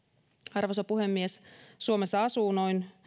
arvoisa puhemies suomessa asuu noin